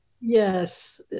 Yes